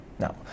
Now